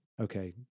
Okay